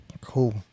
Cool